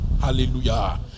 Hallelujah